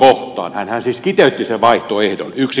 hänhän siis kiteytti sen vaihtoehdon